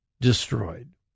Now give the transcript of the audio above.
destroyed